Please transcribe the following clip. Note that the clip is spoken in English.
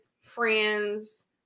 friends